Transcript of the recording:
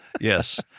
Yes